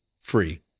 free